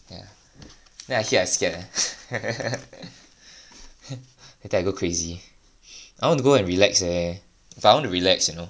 ya then I hear I scared eh later I go crazy I want to go and relax eh eh I want to relax you know